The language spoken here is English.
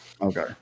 okay